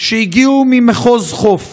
שהגיעו ממחוז חוף